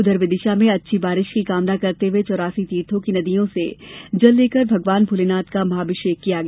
उधर विदिशा में अच्छी बारिश की कामना करते हुए चौरासी तीर्थों की नदियों के जल से भगवान भोलेनाथ का महाअभिषेक किया गया